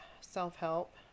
self-help